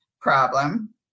problem